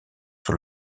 sur